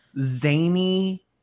zany